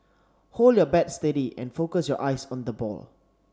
hold your bat steady and focus your eyes on the ball